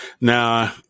Now